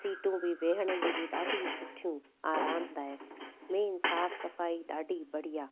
सीटूं बि वेहण जी बि ॾाढी सुठियूं आरामदायक मेन साफ़ सफ़ाई ॾाढी बढ़िया